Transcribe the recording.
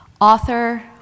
Author